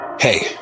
Hey